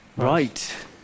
Right